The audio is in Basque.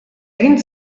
egin